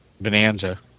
bonanza